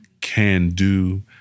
can-do